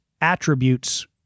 attributes